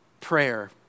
prayer